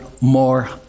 more